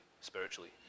spiritually